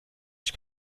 ich